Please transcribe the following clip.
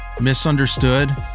misunderstood